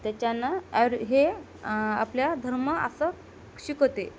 त्याच्यानं अर हे आपल्या धर्म असं शिकवते